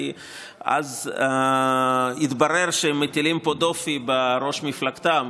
כי אז יתברר שהם מטילים פה דופי בראש מפלגתם,